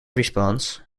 response